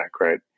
right